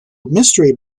mystery